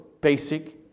basic